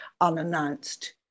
unannounced